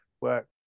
work